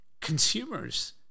consumers